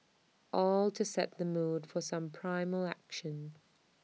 all to set the mood for some primal action